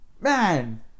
Man